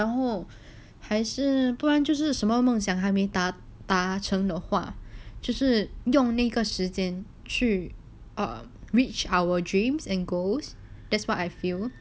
然后还是不然就是什么梦想还没达达成的话就是用那个时间去 err reach our dreams and goals that's what I feel